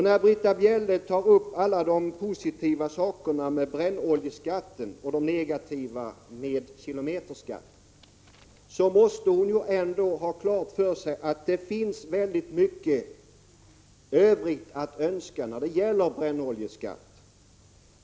När Britta Bjelle talar om allt positivt med brännoljeskatten och allt negativt med kilometerskatten, måste hon ändå ha klart för sig att det finns väldigt mycket övrigt att önska när det gäller brännoljeskatten.